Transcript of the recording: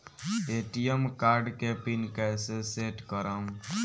ATM card के PIN कैसे set करम?